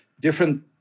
different